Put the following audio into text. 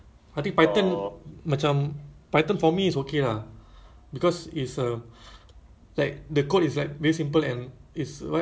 actually high level is the the code that macam can be readable kan so kalau macam if a human being baca the code